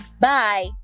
bye